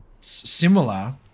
similar